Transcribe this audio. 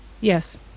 Yes